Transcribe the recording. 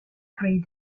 three